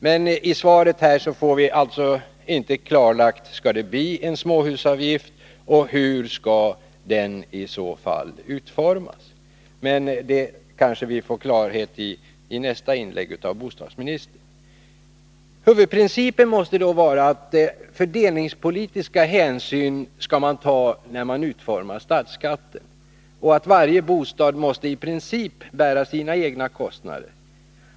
Men i detta svar får vi inte klarlagt om det skall bli en småhusavgift och hur den i så fall skall utformas. Vi kanske får klarhet i bostadsministerns nästa inlägg. Huvudprincipen måste vara att man skall ta fördelningspolitiska hänsyn när man utformar statsskatten och att varje bostad i princip måste bära sina egna kostnader.